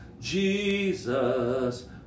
jesus